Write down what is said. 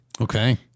Okay